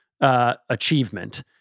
achievement